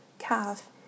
Calf